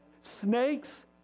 snakes